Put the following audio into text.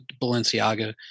balenciaga